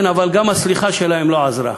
כן, אבל גם הסליחה שלהם לא עזרה.